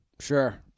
Sure